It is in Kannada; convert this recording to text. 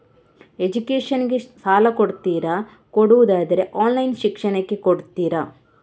ಎಜುಕೇಶನ್ ಗೆ ಸಾಲ ಕೊಡ್ತೀರಾ, ಕೊಡುವುದಾದರೆ ಆನ್ಲೈನ್ ಶಿಕ್ಷಣಕ್ಕೆ ಕೊಡ್ತೀರಾ?